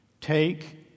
take